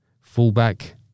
Fullback